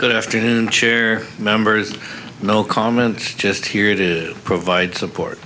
good afternoon chair members no comment just here it is provide support